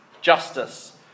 justice